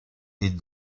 est